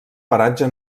paratge